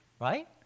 right